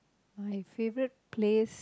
my favourite place